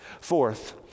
Fourth